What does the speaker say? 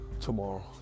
tomorrow